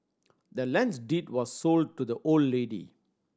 the land's deed was sold to the old lady